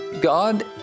God